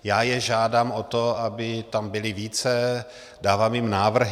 Já je žádám o to, aby tam byli více, dávám jim návrhy.